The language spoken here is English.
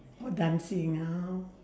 orh dancing ah